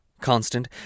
Constant